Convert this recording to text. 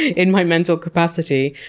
in my mental capacity.